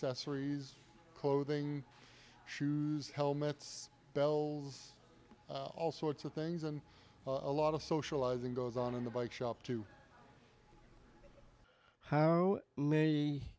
accessories clothing shoes helmets bells all sorts of things and a lot of socializing goes on in the bike shop too how ma